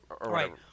Right